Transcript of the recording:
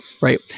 right